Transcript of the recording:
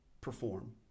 perform